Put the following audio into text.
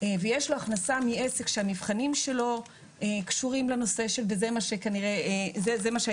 לגבי נושא הכנסות מעסק, מה שחשוב להבין